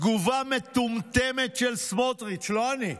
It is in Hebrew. תגובה מטומטמת של סמוטריץ' לא אני,